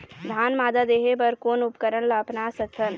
धान मादा देहे बर कोन उपकरण ला अपना सकथन?